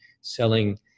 selling